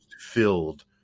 filled